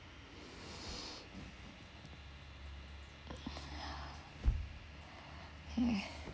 yeah